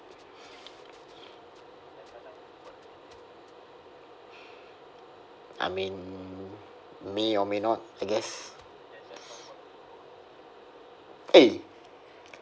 I mean may or may not I guess eh